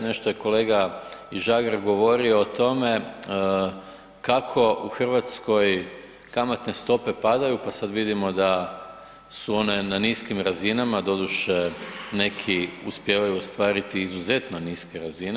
Nešto je kolega i Žagar govorio o tome kako u Hrvatskoj kamatne stope padaju pa sada vidimo da su one na niskim razinama, doduše neki uspijevaju ostvariti izuzetno niske razine.